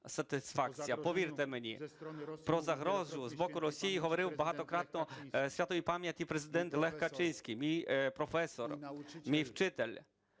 повірте мені. Про загрозу з боку Росії говорив багатократно святої пам'яті Президент Лех Качинський – мій професор, мій вчитель,